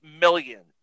million